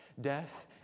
death